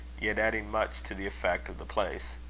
yet adding much to the effect of the place.